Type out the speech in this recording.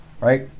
Right